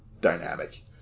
dynamic